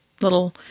Little